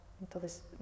Entonces